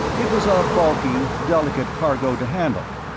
it was a bulky, delicate cargo to handle,